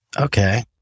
Okay